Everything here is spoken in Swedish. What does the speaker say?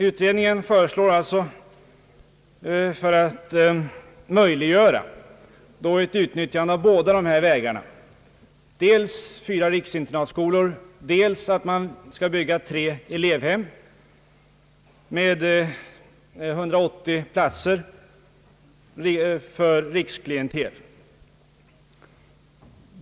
Utredningen föreslår alliså för att möjliggöra ett utnytijande av båda dessa vägar dels fyra riksinternatskolor, dels att man skall bygga tre elevhem med 180 platser för ett riksklientel.